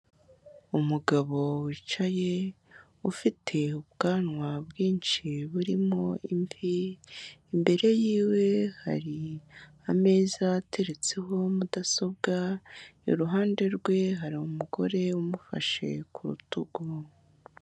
Umugabo wicaye ufite ubwanwa bwinshi burimo imvi, imbere yiwe hari ameza ateretseho mudasobwa, iruhande rwe hari umugore umufashe ku rutugu.